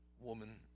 woman